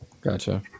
Gotcha